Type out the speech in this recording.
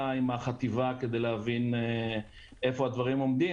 עם החטיבה כדי להבין איפה הדברים עומדים,